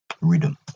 rhythm